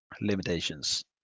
Limitations